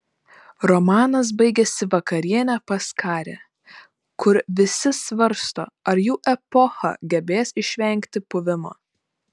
romanas baigiasi vakariene pas karė kur visi svarsto ar jų epocha gebės išvengti puvimo